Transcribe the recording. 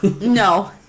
No